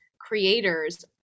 creators